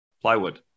plywood